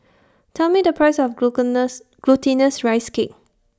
Tell Me The Price of Glutinous Rice Cake